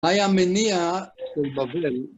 מה היה מניע של בבל.